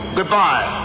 Goodbye